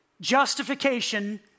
Justification